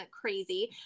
crazy